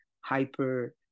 hyper